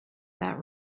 that